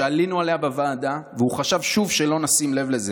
שעלינו עליה בוועדה והוא חשב שוב שלא נשים לב לזה.